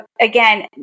again